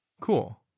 cool